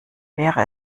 wäre